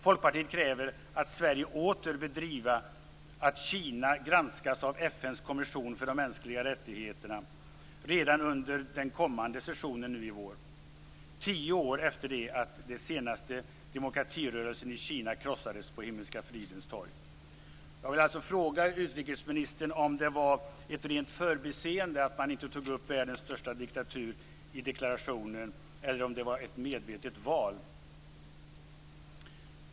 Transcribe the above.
Folkpartiet kräver att Sverige åter bör driva att Kina granskas av FN:s kommission för de mänskliga rättigheterna redan under den kommande sessionen i vår - tio år efter det att den senaste demokratirörelsen i Kina krossades på Jag vill fråga utrikesministern om det var ett rent förbiseende att man inte tog upp världens största diktatur i deklarationen eller om det var ett medvetet val.